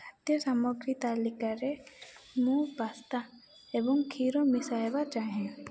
ଖାଦ୍ୟ ସାମଗ୍ରୀ ତାଲିକାରେ ମୁଁ ପାସ୍ତା ଏବଂ କ୍ଷୀର ମିଶାଇବା ଚାହେଁ